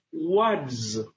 words